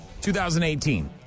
2018